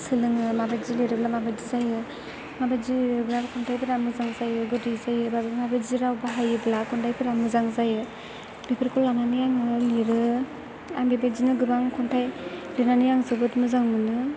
सोलोङो माबायदि लिरोब्ला माबायदि जायो माबायदि लिरोब्ला खन्थाइफोरा मोजां जायो गोदै जायो माबेमाबायदि राव बाहायोब्ला खन्थाइफोरा मोजां जायो बेफोरखौ लानानै आङो लिरो आं बेबायदिनो गोबां खन्थाइ लिरनानै आं जोबोर मोजां मोनो